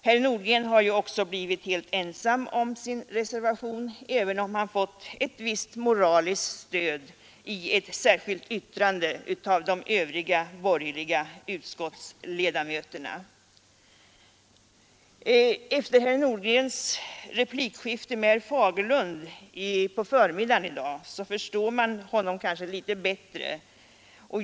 Herr Nordgren har också blivit helt ensam om sin reservation, även om han fått ett visst moraliskt stöd i ett särskilt yttrande av de övriga borgerliga utskottsledamöterna. Efter herr Nordgrens replikskifte med herr Fagerlund på förmiddagen förstår man honom kanske litet bättre.